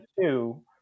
two